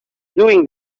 doing